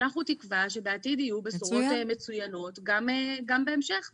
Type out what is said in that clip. ואנחנו תקווה שבעתיד יהיו בשורות מצוינות גם בהמשך,